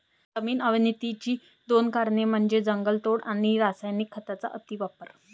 जमीन अवनतीची दोन कारणे म्हणजे जंगलतोड आणि रासायनिक खतांचा अतिवापर